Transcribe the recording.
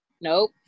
Nope